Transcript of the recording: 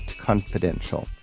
Confidential